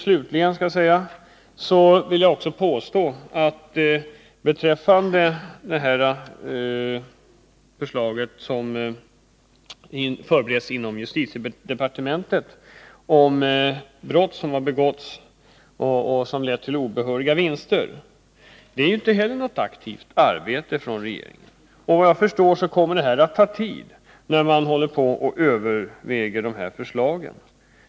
Slutligen vill jag påstå, beträffande det förslag som förbereds inom justitiedepartementet och som gäller brott vilka lett till obehöriga vinster, att detta inte heller är något aktivt arbete från regeringen. Vad jag förstår kommer det att ta tid att överväga de här förslagen.